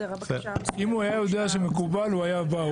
הבקשה --- אם הוא היה יודע שמקובל, הוא היה בא.